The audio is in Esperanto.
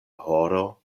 horo